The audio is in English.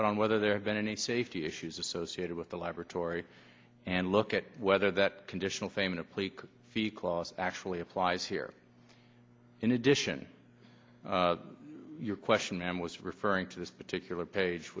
but on whether there have been any safety issues associated with the laboratory and look at whether that conditional fame in a plea could feed clause actually applies here in addition to your question ma'am was referring to this particular page